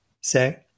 say